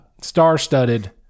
star-studded